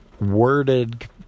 worded